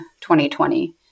2020